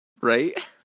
right